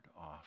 off